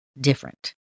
different